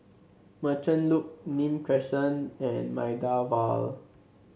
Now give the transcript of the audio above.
Merchant Loop Nim Crescent and Maida Vale